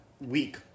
week